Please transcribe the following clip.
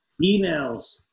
emails